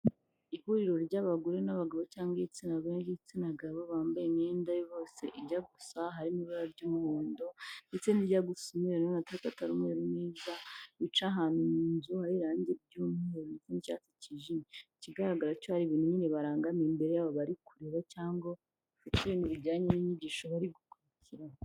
Ihuriro ry'abagore n'abagabo cyangwa igitsina gore n'igitsina gabo bambaye imyenda bose ijya gusa, harimo ibara ry'umuhondo ndetse n'ijya gusa umweru ariko ubona ko atari umweru neza, bicaye ahantu mu nzu hari irange ry'umweru ndetse n'icyatsi kijimye, ikigaragara cyo hari ibintu nyine barangamiye imbere yabo bari kureba cyangwa bafite ibintu bijyanye n'inyigisho bari gukurikirana.